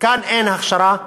כאן אין הכשרה,